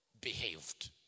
behaved